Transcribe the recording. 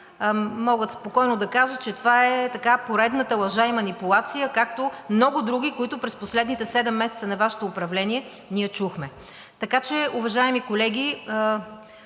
мога спокойно да кажа, че това е поредната лъжа и манипулация, както много други, които през последните седем месеца на Вашето управление ние чухме. Така че, уважаеми колеги,